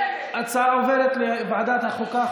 ההצעה מאושרת ועוברת להמשך דיון בוועדת החוקה,